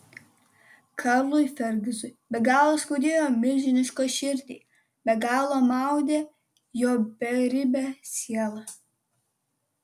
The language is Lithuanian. karlui fergizui be galo skaudėjo jo milžinišką širdį be galo maudė jo beribę sielą